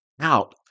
out